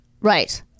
Right